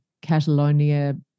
Catalonia